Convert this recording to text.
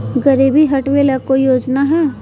गरीबी हटबे ले कोई योजनामा हय?